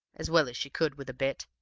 as well as she could with a bit,